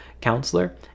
counselor